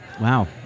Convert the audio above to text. Wow